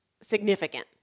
significant